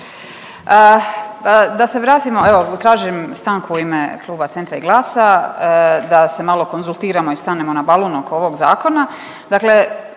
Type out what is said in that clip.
Da se vratimo, evo tražim stanku u ime kluba Centra i GLAS-a da se malo konzultiramo i stanemo na balon oko ovog zakona.